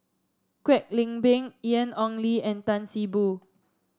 Kwek Leng Beng Ian Ong Li and Tan See Boo